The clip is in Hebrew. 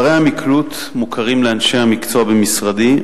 פערי המקלוט מוכרים לאנשי המקצוע במשרדי.